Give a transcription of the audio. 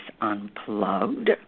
Unplugged